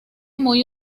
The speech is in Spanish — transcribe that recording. muy